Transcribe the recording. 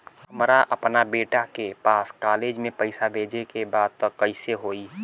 हमरा अपना बेटा के पास कॉलेज में पइसा बेजे के बा त कइसे होई?